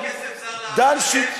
כסף זר לארץ,